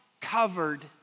covered